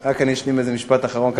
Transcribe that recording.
רק אני אשלים איזה משפט אחרון,